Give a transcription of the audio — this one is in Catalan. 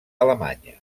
alemanya